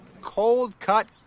cold-cut